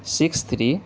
six three